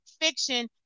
fiction